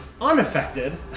unaffected